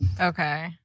okay